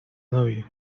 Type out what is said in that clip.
novio